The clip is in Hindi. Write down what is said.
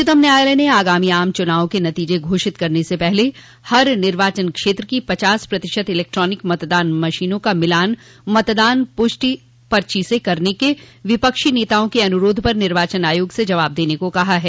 उच्चतम न्यायालय ने आगामी आम चुनावों के नतीजे घोषित करने से पहले हर निर्वाचन क्षेत्र की पचास प्रतिशत इलेक्ट्रॉनिक मतदान मशीनों का मिलान मतदान प्रष्टि पर्ची वीवी पैट से करने के विपक्षी नेताओं के अनुरोध पर निर्वाचन आयोग से जवाब देने को कहा है